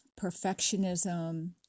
perfectionism